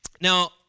Now